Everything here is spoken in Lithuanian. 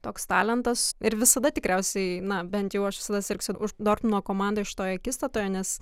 toks talentas ir visada tikriausiai na bent jau aš visada sirgsiu už dortmundo komandą šitoj akistatoje nes